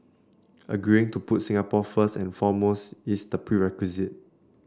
agreeing to put Singapore first and foremost is the prerequisite